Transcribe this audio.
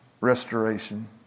restoration